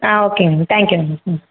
ஆ ஓகேங்க மேம் தேங்க்யூங்க மேம் ம்